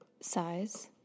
size